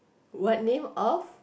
what name of